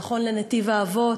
נכון לנתיב-האבות,